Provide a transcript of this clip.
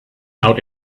out